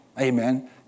amen